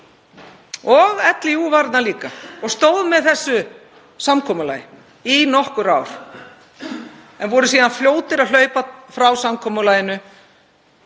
LÍÚ var þarna líka og stóð með þessu samkomulagi í nokkur ár en voru síðan fljótir að hlaupa frá samkomulaginu